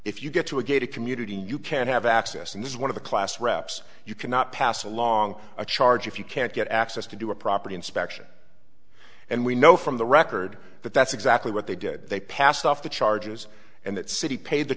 if you get to a gated community you can have access and this is one of the class reps you cannot pass along a charge if you can't get access to do a property inspection and we know from the record that that's exactly what they did they passed off the charges and that city paid the